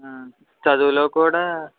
ఆ చదువులో కూడా